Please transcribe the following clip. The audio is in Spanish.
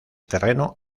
terreno